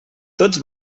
tots